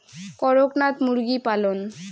করকনাথ মুরগি পালন?